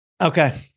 Okay